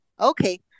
Okay